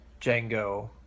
Django